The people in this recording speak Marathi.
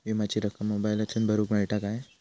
विमाची रक्कम मोबाईलातसून भरुक मेळता काय?